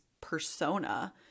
persona